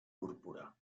púrpura